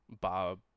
Bob